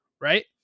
right